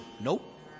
Nope